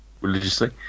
Religiously